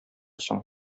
соң